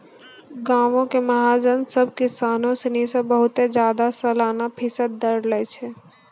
गांवो के महाजन सभ किसानो सिनी से बहुते ज्यादा सलाना फीसदी दर लै छै